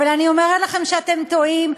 אבל אני אומרת לכם שאתם טועים,